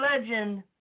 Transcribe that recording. legend